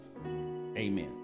Amen